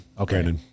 Okay